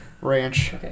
Ranch